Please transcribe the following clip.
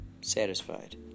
Satisfied